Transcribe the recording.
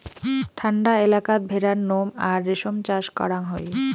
ঠান্ডা এলাকাত ভেড়ার নোম আর রেশম চাষ করাং হই